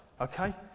okay